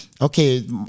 Okay